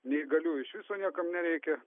neįgaliųjų iš viso niekam nereikia